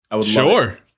Sure